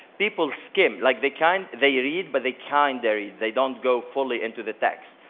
people skim. like they kind of they read, but they kinda read. they don't go fully into the text.